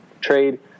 trade